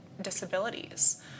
disabilities